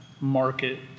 market